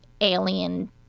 alien